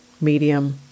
medium